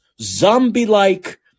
zombie-like